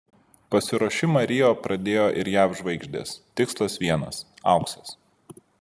pasiruošimą rio pradėjo ir jav žvaigždės tikslas vienas auksas